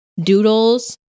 doodles